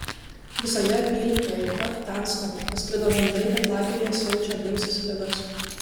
visoje apylinkėje iki pat gdansko pasklido gandai kad lageryje siaučia baisios ligos